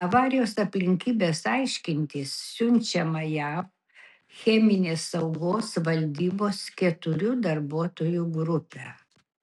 avarijos aplinkybes aiškintis siunčiama jav cheminės saugos valdybos keturių darbuotojų grupė